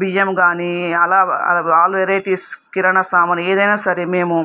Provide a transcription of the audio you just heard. బియ్యము గానీ అలా వాళ్ళ వెరైటీస్ కిరణ సమాను ఏదైనా సరే మేము